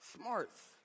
smarts